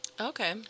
Okay